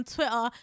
Twitter